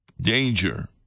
danger